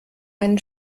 einen